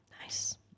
Nice